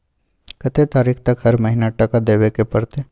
कत्ते तारीख तक हर महीना टका देबै के परतै?